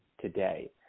today